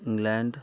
England